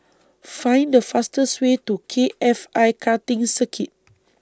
Find The fastest Way to K F I Karting Circuit